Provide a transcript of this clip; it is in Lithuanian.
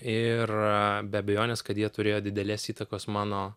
ir be abejonės kad jie turėjo didelės įtakos mano